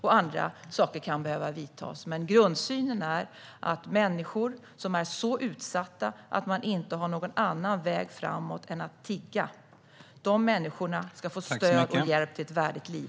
Också andra saker kan behöva göras, men grundsynen är att människor som är så utsatta att de inte har någon annan väg framåt än att tigga ska få stöd och hjälp till ett värdigt liv.